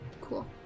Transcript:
cool